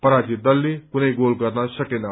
पराजित दलले कुनै गोल गर्न सकेन